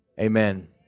amen